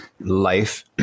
life